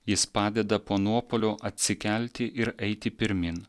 jis padeda po nuopuolio atsikelti ir eiti pirmyn